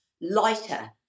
lighter